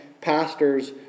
pastors